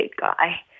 guy